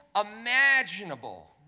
imaginable